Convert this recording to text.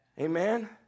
Amen